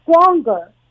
stronger